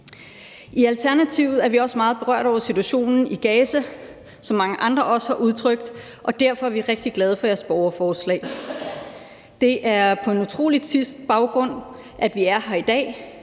I Alternativet er vi også meget berørt over situationen i Gaza, som mange andre også har udtrykt, og derfor er vi rigtig glade for jeres borgerforslag. Det er på en utrolig trist baggrund, at vi er her i dag.